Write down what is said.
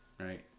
Right